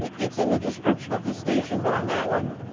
and it's in the description of the station but on that one,